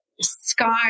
Sky